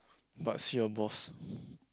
but see your boss